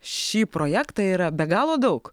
šį projektą yra be galo daug